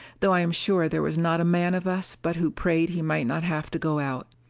though i am sure there was not a man of us but who prayed he might not have to go out.